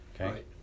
Okay